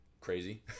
crazy